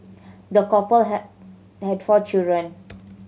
the couple had had four children